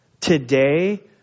today